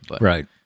Right